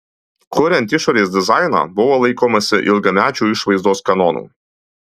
kuriant išorės dizainą buvo laikomasi ilgamečių išvaizdos kanonų